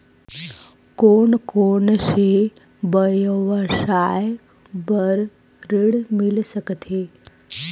कोन कोन से व्यवसाय बर ऋण मिल सकथे?